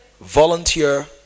Volunteer